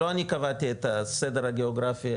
לא אני קבעתי את הסדר הגאוגרפי,